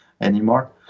anymore